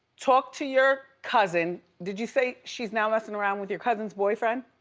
talk to your cousin. did you say she's now messing around with your cousin's boyfriend?